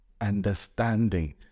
understanding